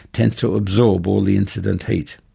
tends to absorb all the incident heat.